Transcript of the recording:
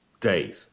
days